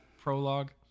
prologue